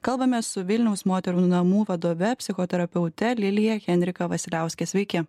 kalbamės su vilniaus moterų namų vadove psichoterapeute lilija henrika vasiliauske sveiki